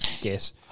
guess